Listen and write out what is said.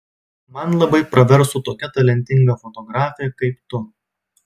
man labai praverstų tokia talentinga fotografė kaip tu